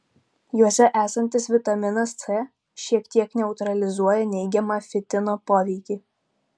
juose esantis vitaminas c šiek tiek neutralizuoja neigiamą fitino poveikį